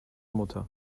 mutter